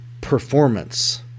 performance